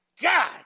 God